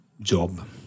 job